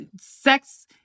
sex